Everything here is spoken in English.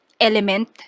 element